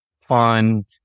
fun